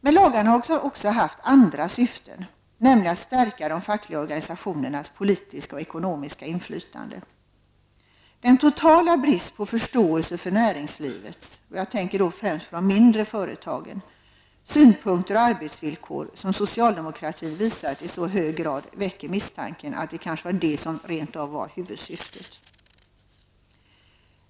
Men lagarna har också haft andra syften, nämligen att stärka de fackliga organisationernas politiska och ekonomiska inflytande. Den totala brist på förståelse för näringslivets -- främst de mindre företagens -- synpunkter och arbetsvillkor som socialdemokratin visat i så hög grad, väcker misstanken att det kanske var detta som var huvudsyftet.